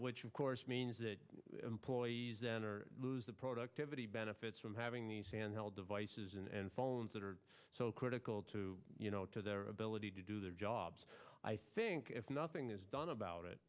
which of course means that employees lose the productivity benefits from having these hand held devices and phones that are so critical to you know to their ability to do their jobs i think if nothing is done about it